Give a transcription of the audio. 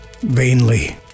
Vainly